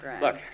look